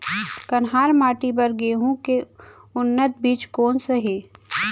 कन्हार माटी बर गेहूँ के उन्नत बीजा कोन से हे?